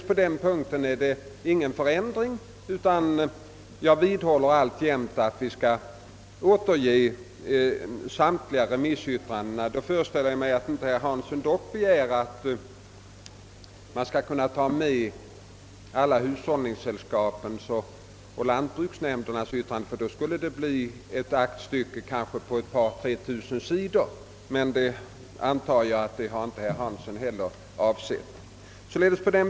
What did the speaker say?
På den punkten är det således ingen förändring, utan jag vidhåller att vi skall återge samtliga remissyttranden — då föreställer jag mig att herr Hansson dock inte begär att man skall kunna ta med även alla hushållningssällskapens och = lantbruksnämndernas yttranden, ty i så fall skulle det bli ett aktstycke på kanske ett par, tre tusen sidor. Men det antar jag att herr Hansson inte heller har avsett.